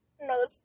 No